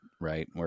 right